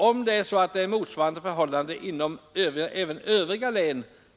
Om motsvarande förhållanden råder även inom övriga län känner jag icke till.